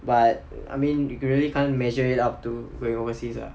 but I mean you really can't measure it up to when overseas lah